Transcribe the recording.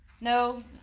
no